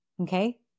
okay